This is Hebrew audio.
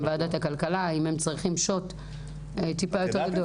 ועדת הכלכלה אם הם צריכים שוט גדול יותר.